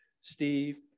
Steve